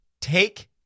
Take